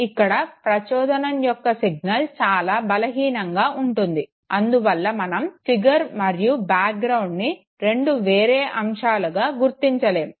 ఇక్కడ ప్రచోదనం యొక్క సిగ్నల్ చాలా బలహీనంగా ఉంటుంది అందువల్ల మనం ఫిగర్ మరియు బ్యాక్ గ్రౌండ్ ని రెండు వేరే అంశాలుగా గుర్తించలేము